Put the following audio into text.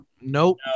Nope